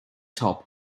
top